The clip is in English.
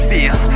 Feel